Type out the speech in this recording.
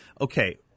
Okay